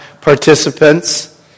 participants